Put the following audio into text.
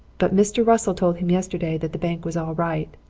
but mr. russell told him yesterday that the bank was all right.